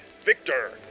Victor